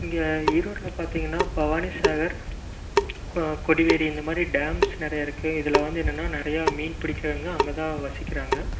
எங்கள் ஈரோட்டில் பார்த்தீங்கன்னா பவானி சாகர் கொடிவேரி இந்தமாதிரி டாம்ஸ் நிறைய இருக்கு இதில் வந்து என்னன்னா நிறைய மீன் பிடிக்கறவங்க அங்கேதான் வசிக்கிறாங்க